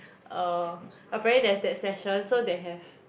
uh apparently there's that session so they have